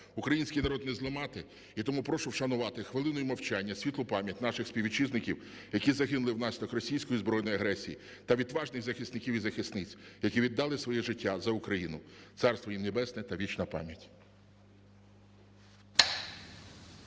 Український народ не зламати. І тому прошу вшанувати хвилиною мовчання світлу пам'ять наших співвітчизників, які загинули внаслідок російської збройної агресії. та відважних захисників і захисниць, які віддали своє життя за Україну. Царство їм Небесне та вічна пам'ять.